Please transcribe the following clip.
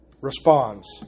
responds